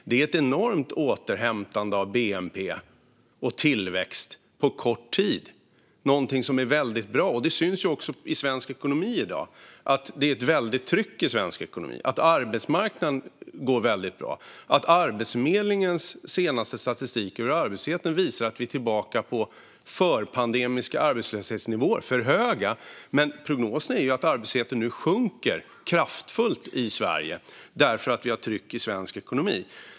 Det är ett enormt återhämtande av bnp och tillväxt på kort tid, någonting som är väldigt bra. Detta syns också i svensk ekonomi i dag. Det är ett väldigt tryck i svensk ekonomi. Arbetsmarknaden går väldigt bra. Arbetsförmedlingens statistik över den svenska arbetslösheten visar att vi är tillbaka på förpandemiska arbetslöshetsnivåer. De är för höga, men prognosen är att arbetslösheten nu sjunker kraftfullt i Sverige därför att vi har tryck i svensk ekonomi.